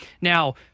Now